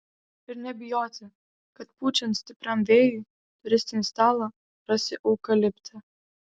ir nebijoti kad pučiant stipriam vėjui turistinį stalą rasi eukalipte